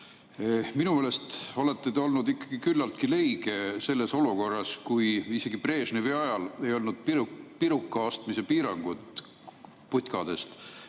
Minu meelest olete te olnud küllaltki leige selles olukorras, kui isegi Brežnevi ajal ei olnud pirukaostmise piirangut putkadest